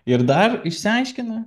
ir dar išsiaiškina